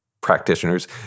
practitioners